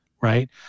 Right